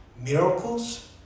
miracles